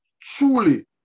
truly